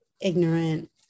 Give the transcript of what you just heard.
ignorant